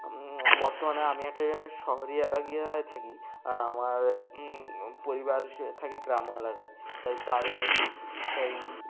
বর্তমানে আমি একটা শহরী এলাকায় থাকি আর আমার পরিবার সে থাকে গ্রাম্য এলাকায় তাই তাদের তাই